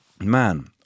man